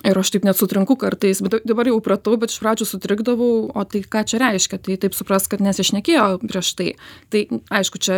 ir aš taip net sutrinku kartais dabar jau įpratau bet iš pradžių sutrikdavau o tai ką čia reiškia tai taip suprask kad nesišnekėjo prieš tai tai aišku čia